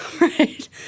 Right